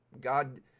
God